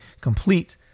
complete